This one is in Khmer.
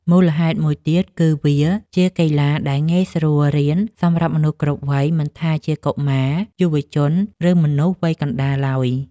មូលហេតុមួយទៀត គឺវាជាកីឡាដែលងាយស្រួលរៀនសម្រាប់មនុស្សគ្រប់វ័យ មិនថាជាកុមារ យុវជន ឬមនុស្សវ័យកណ្ដាលឡើយ។